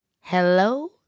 Hello